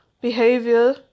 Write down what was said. behavior